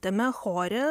tame chore